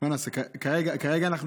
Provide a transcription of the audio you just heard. כרגע אנחנו